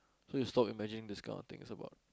so you stop imagining this kind of things about